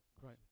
Great